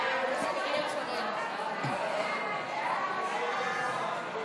ההצעה להעביר לוועדה את הצעת חוק לתיקון פקודת